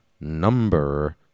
number